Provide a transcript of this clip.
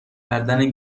کردن